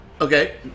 Okay